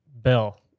Bill